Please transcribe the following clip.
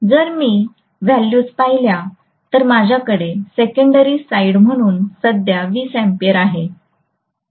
जर मी व्हॅल्यूज पाहिल्या तर माझ्याकडे सेकंडरी साइड म्हणून सध्या 20 A आहे